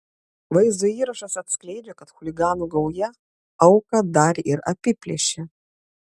vaizdo įrašas atskleidžia kad chuliganų gauja auką dar ir apiplėšė